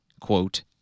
quote